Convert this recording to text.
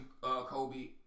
Kobe